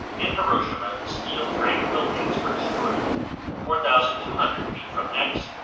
in hiroshima, steel frame buildings were destroyed four thousand two hundred feet from x,